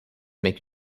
make